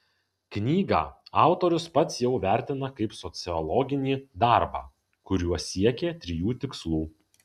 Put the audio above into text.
knygą autorius pats jau vertina kaip sociologinį darbą kuriuo siekė trijų tikslų